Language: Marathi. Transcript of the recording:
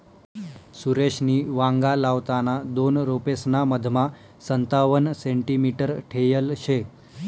सुरेशनी वांगा लावताना दोन रोपेसना मधमा संतावण सेंटीमीटर ठेयल शे